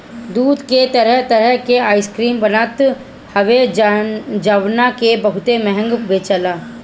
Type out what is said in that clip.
दूध से तरह तरह के आइसक्रीम बनत हवे जवना के बहुते महंग बेचाला